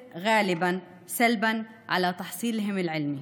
השפה הרשמית שבה משתמשים בכלי התקשורת היא השפה הספרותית.